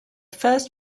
first